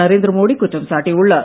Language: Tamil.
நரேந்திர மோடி குற்றம் சாட்டியுள்ளார்